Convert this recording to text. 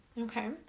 Okay